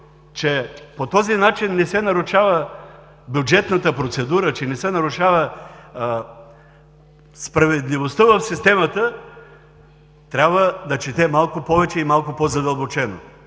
че по този начин не се нарушава бюджетната процедура, че не се нарушава справедливостта в системата – трябва да чете малко повече и малко по-задълбочено,